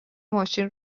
ماشین